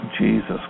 Jesus